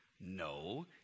No